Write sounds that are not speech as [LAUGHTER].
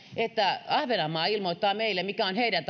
että ahvenanmaa ilmoittaa meille mikä on heidän [UNINTELLIGIBLE]